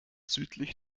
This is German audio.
südlich